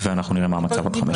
ונראה מה המצב עוד חמש שנים.